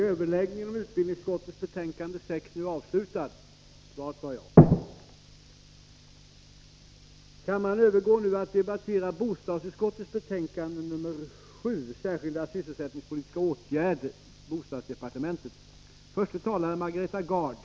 Kammaren övergår nu till att debattera bostadsutskottets betänkande 7 om särskilda sysselsättningspolitiska åtgärder för budgetåret 1983/84 såvitt avser bostadsdepartementets verksamhetsområde.